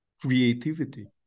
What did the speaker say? creativity